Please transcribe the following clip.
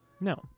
No